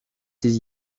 ses